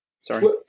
Sorry